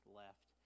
left